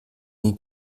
nie